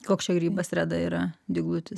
koks čia grybas reda yra dyglutis